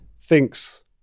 thinks